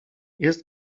jest